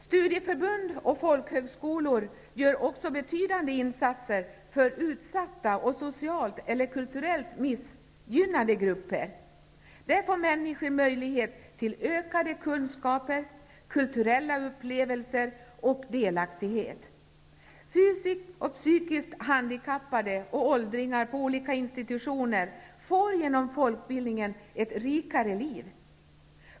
Studieförbund och folkhögskolor gör också betydande insatser för utsatta och socialt eller kulturellt missgynnade grupper. Där får människor möjlighet till ökade kunskaper, kulturella upplevelser och delaktighet. Fysiskt och psykiskt handikappade och åldringar på olika institutioner får genom folkbildningen ett rikare liv.